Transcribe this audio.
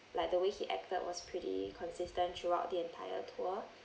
like the way he acted was pretty consistent throughout the entire tour